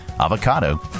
avocado